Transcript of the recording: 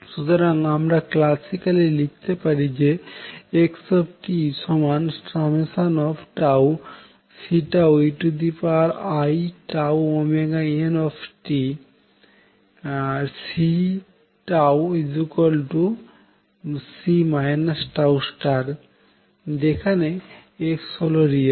সুতরাং আবার আমরা ক্ল্যাসিক্যালি লিখতে পারি যে xtCeiτωt C C τ যেখানে x হল রিয়েল